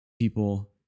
people